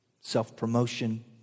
Self-promotion